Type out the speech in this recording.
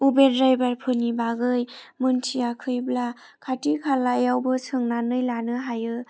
Uber ड्रायभारफोरनि बागै मोनथियाखैब्ला खाथि खालायावबो सोंनानै लानो हायो